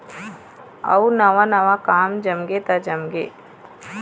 अउ नवा नवा काम जमगे त जमगे